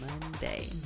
monday